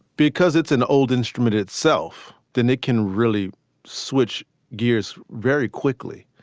because it's an old instrument itself. then it can really switch gears very quickly.